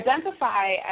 identify